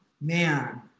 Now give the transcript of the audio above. man